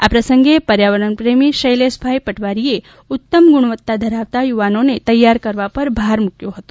આ પ્રસંગે પર્યાવરણ પ્રેમી શૈલેષભાઇ પટવારીએ ઉત્તમ ગુણવત્તા ધરાવતા યુવાનો તૈયાર કરવા પર ભાર મૂક્યો હતો